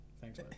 Thanks